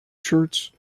shirts